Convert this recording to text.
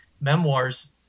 memoirs